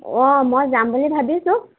অঁ মই যাম বুলি ভাবিছোঁ